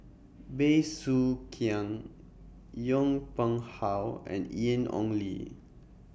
Bey Soo Khiang Yong Pung How and Ian Ong Li